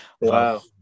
wow